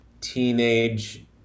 teenage